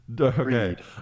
okay